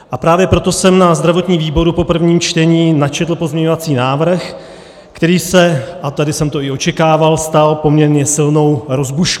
A právě proto jsem na zdravotním výboru po prvním čtení načetl pozměňovací návrh, který se a tady jsem to i očekával stal poměrně silnou rozbuškou.